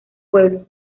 pueblo